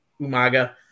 Umaga